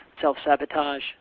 self-sabotage